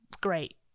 great